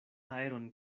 aeron